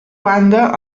banda